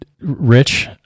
Rich